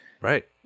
right